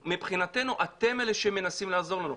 שמבחינתם אנחנו אלה שלא מנסים לעזור להם.